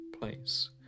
place